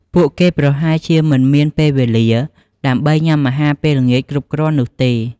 ពួកគេប្រហែលជាមិនមានពេលវេលាដើម្បីញ៉ាំអាហារពេលល្ងាចគ្រប់គ្រាន់នោះទេ។